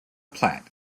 plat